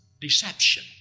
deception